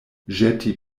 ĵeti